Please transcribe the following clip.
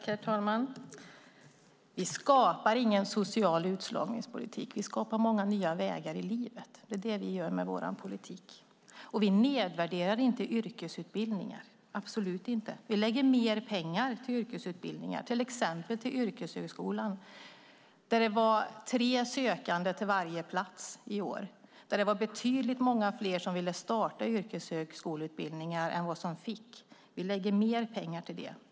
Herr talman! Vi skapar inte social utslagningspolitik. Vi skapar många nya vägar i livet med vår politik. Vi nedvärderar absolut inte yrkesutbildningar. Vi lägger mer pengar på yrkesutbildningar, till exempel på Yrkeshögskolan. Där var det tre sökande till varje plats i år. De som ville börja yrkeshögskoleutbildning var många fler än de som fick. Vi lägger mer pengar på det.